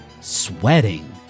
sweating